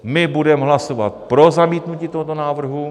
My budeme hlasovat pro zamítnutí tohoto návrhu.